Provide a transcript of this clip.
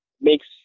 makes